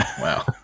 Wow